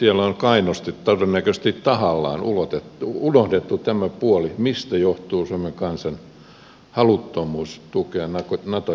siellä on kainosti todennäköisesti tahallaan unohdettu tämä puoli mistä johtuu suomen kansan haluttomuus tukea nato jäsenyyttä